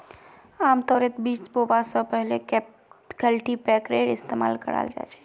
आमतौरत बीज बोवा स पहले कल्टीपैकरेर इस्तमाल कराल जा छेक